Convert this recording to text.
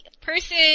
person